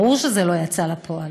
ברור שזה לא יצא לפועל,